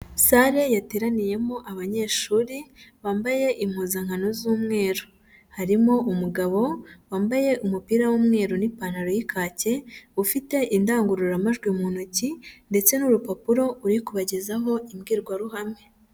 Sale yateraniyemo abanyeshuri bambaye impuzankano z'umweru, harimo umugabo wambaye umupira w'umweru n'ipantaro y'ikake, ufite indangururamajwi mu ntoki ndetse n'urupapuro uri kubagezaho imbwirwaruhame.